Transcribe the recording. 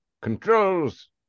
Controls